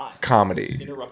comedy